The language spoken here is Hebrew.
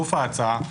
לגוף ההצעה.